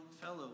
fellow